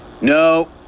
No